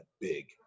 big